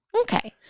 Okay